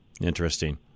Interesting